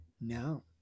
No